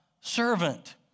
servant